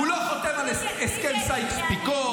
--- הוא לא חותם על הסכם סייקס-פיקו.